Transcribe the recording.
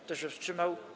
Kto się wstrzymał?